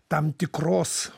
tam tikros